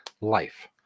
life